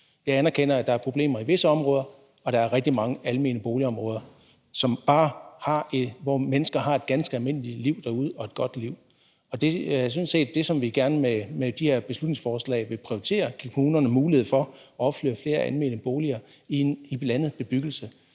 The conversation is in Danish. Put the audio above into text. Jeg anerkender, at der er problemer i visse områder, men der er rigtig mange almene boligområder derude, hvor mennesker har et ganske almindeligt og godt liv. Det, som vi sådan set gerne vil prioritere med de her beslutningsforslag, er, at man giver kommunerne mulighed for at opføre flere almene boliger i blandet bebyggelse.